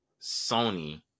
Sony